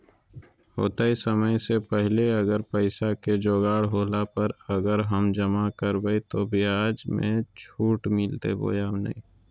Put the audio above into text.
होतय समय से पहले अगर पैसा के जोगाड़ होला पर, अगर हम जमा करबय तो, ब्याज मे छुट मिलते बोया नय?